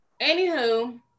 Anywho